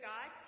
God